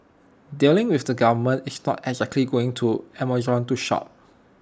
dealing with the government is not exactly going to Amazon to shop